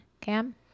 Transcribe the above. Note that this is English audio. Cam